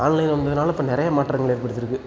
online வந்ததுனால் இப்போா நிறைய மாற்றங்கள் ஏற்படுத்தியிருக்கு